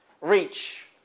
reach